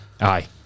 Aye